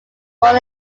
born